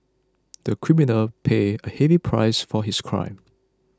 the criminal paid a heavy price for his crime